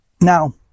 Now